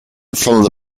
from